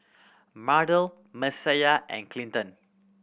Mardell Messiah and Clinton